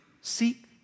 seek